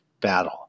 battle